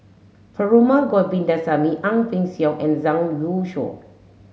Perumal Govindaswamy Ang Peng Siong and Zhang Youshuo